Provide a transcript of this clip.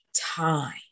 time